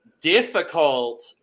difficult